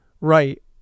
right